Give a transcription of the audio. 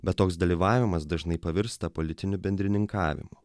bet toks dalyvavimas dažnai pavirsta politiniu bendrininkavimu